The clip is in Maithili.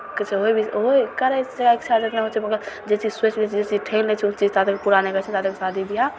किछु होइ भी होइ करै छै जकरा इच्छा जतना होइ छै मगर जे चीज सोचि बि जे चीज ठानि लै छै ओ चीज ता तक पूरा नहि होइ छै ता तक शादी बिआह